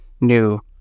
new